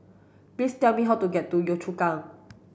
please tell me how to get to Yio Chu Kang